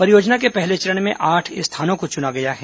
परियोजना के पहले चरण में आठ स्थानों को चुना गया है